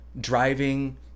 Driving